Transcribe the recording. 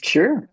Sure